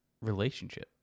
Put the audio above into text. relationship